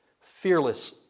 fearless